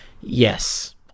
Yes